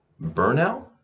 burnout